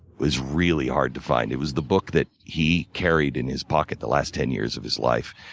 was really hard to find. it was the book that he carried in his pocket the last ten years of his life.